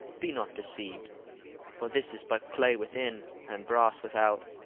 be not deceived for this is but clay within, and brass without,